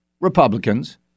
Republicans